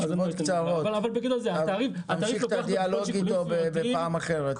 תמשיך את הדיאלוג איתו בפעם אחרת.